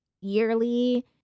yearly